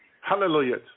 Hallelujah